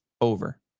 over